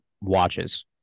watches